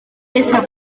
peça